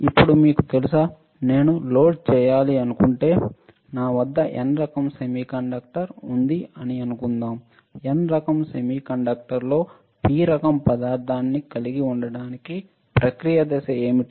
ఇప్పుడు మీకు తెలుసా నేను డోప్ చేయాలనుకుంటే నా వద్ద N రకం సెమీకండక్టర్ ఉంది అని అనుకుందాం N రకం సెమీకండక్టర్లో P రకం పదార్థాన్ని కలిగి ఉండటానికి ప్రక్రియ దశ ఏమిటి